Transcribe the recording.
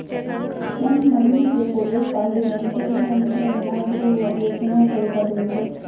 ನನ್ನ ಮಗನಿಗ ಪೋಲಿಯೋ ಕಾಲಿದೆ ಅಂತವರಿಗ ಅಂತ ಏನಾದರೂ ಯೋಜನೆಗಳಿದಾವೇನ್ರಿ?